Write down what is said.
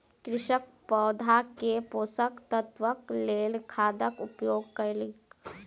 कृषक पौधा के पोषक तत्वक लेल खादक उपयोग कयलक